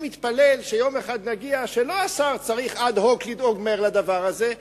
אני מתפלל שיום אחד נגיע לזה שלא השר צריך אד-הוק לדאוג מהר לדבר הזה,